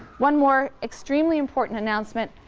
one more extremely important announcement,